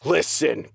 Listen